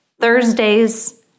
thursdays